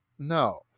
No